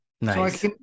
Nice